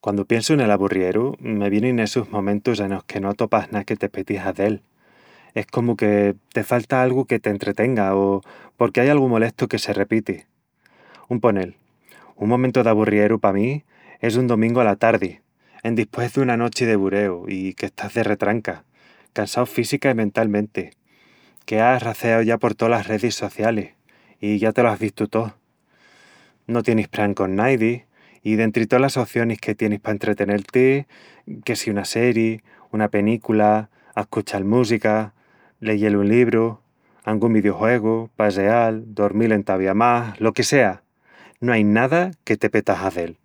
Quandu piensu nel aburrieru me vienin essus momentus enos que no atopas ná que te peti hazel... es comu que te falta algu que t'entretenga o porque ai algu molestu que se repiti. Un ponel, un momentu d'aburrieru, pa mí, es un domingu ala tardi, endispués duna nochi de bureu, i que estás de retranca, cansau física i mentalmenti... que ás raceau ya por tolas redis socialis i ya te-lo ás vistu tó, no tienis pran con naidi i dentri tolas ocionis que tienis pa entretenel-ti, que si una serii, una penícula, ascuchal música, leyel un libru, angun vidiujuegu, paseal, dormil entavía más, lo que sea... no ai nada que te peta hazel,